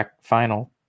final